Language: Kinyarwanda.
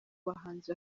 bahanzi